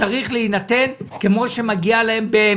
מתי הגננת תדע כמה היא תקבל?